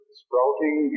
sprouting